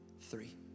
three